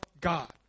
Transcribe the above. God